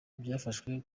byafashwe